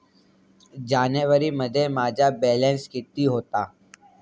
जानेवारीमध्ये माझा बॅलन्स किती होता?